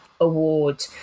Award